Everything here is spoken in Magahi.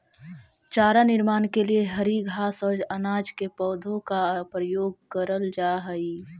चारा निर्माण के लिए हरी घास और अनाज के पौधों का प्रयोग करल जा हई